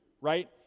right